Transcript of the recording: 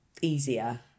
easier